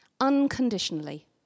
unconditionally